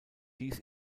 dies